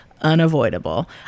unavoidable